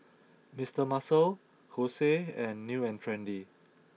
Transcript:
Mister Muscle Kose and New and Trendy